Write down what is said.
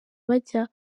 bajya